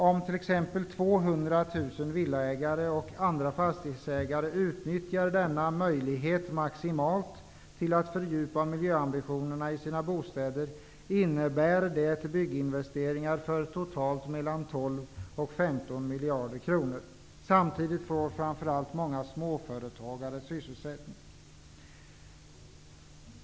Om 200 000 villaägare och andra fastighetsägare maximalt utnyttjar denna möjlighet till att fördjupa miljöambitionerna i fråga om deras bostäder, innebär det bygginvesteringar för totalt 12--15 miljarder kronor. Samtidigt får framför allt många småföretagare sysselsättning.